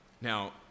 Now